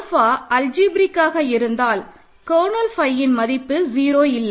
alpha அல்ஜிப்ரேக்காகாக இருந்தால் kernel ஃபையின் மதிப்பு 0 இல்லை